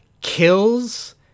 kills